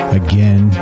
again